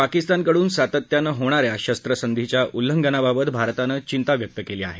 पाकिस्तानकडून सातत्यानं होणा या शस्त्रसंधीच्या उल्लंघनाबाबत भारतानं चिंता व्यक्त केली आहे